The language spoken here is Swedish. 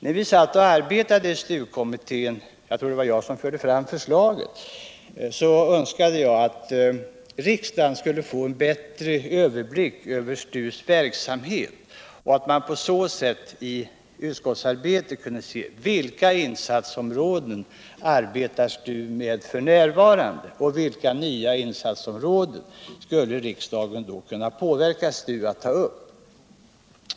När vi satt och arbetade i STU-kommittén lades ett förslag fram —-jag tror det var av mig — om att utskottet och riksdagen i övrigt skulle kunna få en bättre överblick över STU:s verksamhet så att vi skulle kunna se vilka insatsområden STU vid ett speciellt tillfälle arbetar med och vilka nya insatsområden riksdagen skulle kunna påverka STU att ta upp.